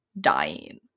dying